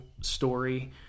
story